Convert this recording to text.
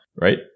right